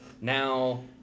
Now